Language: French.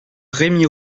rémy